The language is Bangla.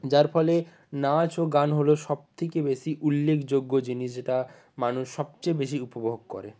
যার ফলে নাচ ও গান হলো সবথেকে বেশি উল্লেখযোগ্য জিনিস যেটা মানুষ সবচেয়ে বেশি উপভোগ করে